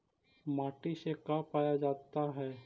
माटी से का पाया जाता है?